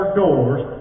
doors